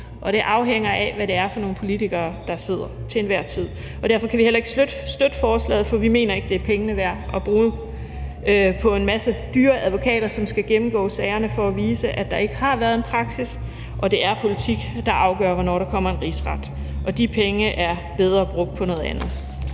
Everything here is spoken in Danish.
og det afhænger af, hvad det er for nogle politikere, der til enhver tid sidder. Derfor kan vi heller støtte forslaget, for vi mener ikke, det er pengene værd at bruge dem på en masse dyre advokater, som skal gennemgå sagerne for at vise, at der ikke har været en praksis, og at det er politik, der afgør, hvornår der kommer en rigsret. De penge er bedre brugt på noget andet.